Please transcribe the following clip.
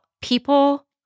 people